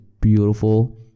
Beautiful